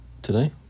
today